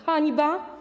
Hańba?